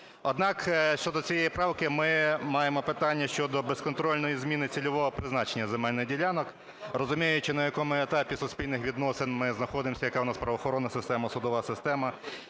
Однак, щодо цієї правки. Ми маємо питання щодо безконтрольної зміни цільового призначення земельних ділянок, розуміючи на якому етапі суспільних відносин ми знаходимося, яка у нас правоохоронна система, судова система.